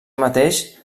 mateix